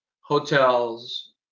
hotels